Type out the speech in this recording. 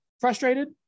frustrated